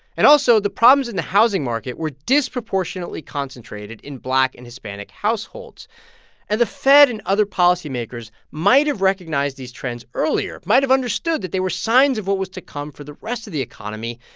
and also, the problems in the housing market were disproportionately concentrated in black and hispanic households and the fed and other policymakers might have recognized these trends earlier, might have understood that they were signs of what was to come for the rest of the economy,